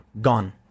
Gone